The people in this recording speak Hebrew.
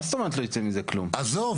מה זאת אומרת לא ייצא מזה כלום?